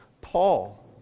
Paul